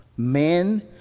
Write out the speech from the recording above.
Men